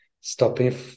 stopping